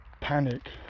panic